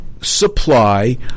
supply